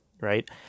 right